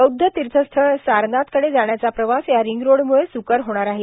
बौद्ध तीथस्थळ सारनाथकडे जाण्याचा प्रवास या रिंग रोडमुळ सुकर होणार आहे